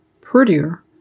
prettier